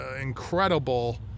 incredible